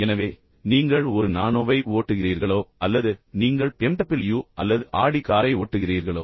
எனவே நீங்கள் ஒரு நானோவை ஓட்டுகிறீர்களோ அல்லது நீங்கள் பிஎம்டபிள்யூ அல்லது ஆடி காரை ஓட்டுகிறீர்களோ